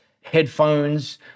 headphones